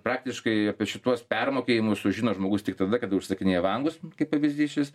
praktiškai apie šituos permokėjimus sužino žmogus tik tada kada užsakinėja langus kaip pavyzdys šis